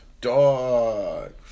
dog